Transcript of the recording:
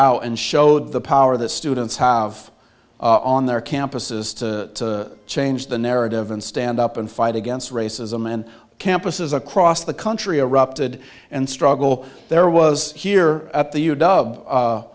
out and showed the power that students have on their campuses to change the narrative and stand up and fight against racism and campuses across the country erupted and struggle there was here at the you dub